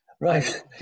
Right